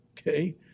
okay